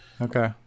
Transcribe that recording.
Okay